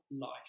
life